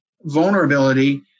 vulnerability